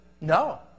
no